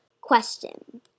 question